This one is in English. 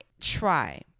try